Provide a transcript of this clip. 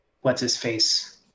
What's-his-face